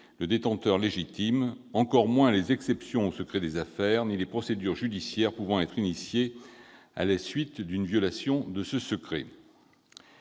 le détenteur légitime et encore moins les exceptions au secret des affaires ni les procédures judiciaires pouvant être initiées à la suite d'une violation de ce même secret.